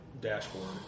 dashboard